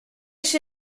się